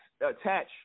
attach